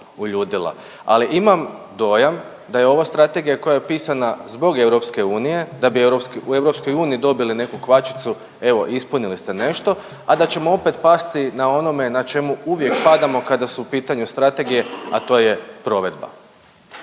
Ali imam dojam da je ova strategija koja je pisana zbog EU, da bi u EU dobili neku kvačicu, evo ispunili ste nešto, a da ćemo opet pasti na onome na čemu uvijek padamo kada su u pitanju strategije, a to je provedba.